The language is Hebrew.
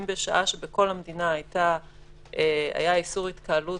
אם בשעה שבכל המדינה היה איסור התקהלות,